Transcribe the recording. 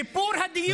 שיפור הדיור.